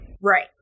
right